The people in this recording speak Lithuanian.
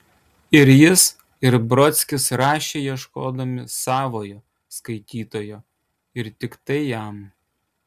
ir jis ir brodskis rašė ieškodami savojo skaitytojo ir tiktai jam